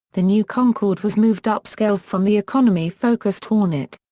the new concord was moved upscale from the economy-focused hornet.